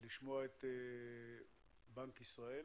לשמוע את בנק ישראל